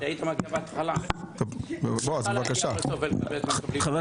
אם היית מגיע בהתחלה --- להגיע בסוף ולקבל --- חה"כ